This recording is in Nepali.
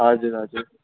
हजुर हजुर